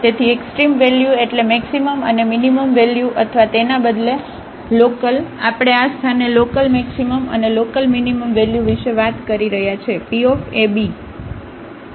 તેથી extremum value એટલે maximum અને મીનીમમ વેલ્યુ અથવા તેના બદલે લોકલઆપણે આ સ્થાને લોકલમેક્સિમમ અને લોકલમીનીમમ વેલ્યુ વિશે વાત કરી રહ્યા છીએ Pab